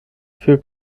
für